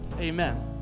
Amen